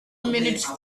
minutes